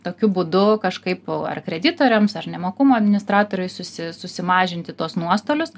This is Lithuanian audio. tokiu būdu kažkaip ar kreditoriams ar nemokumo administratoriui susi susimažinti tuos nuostolius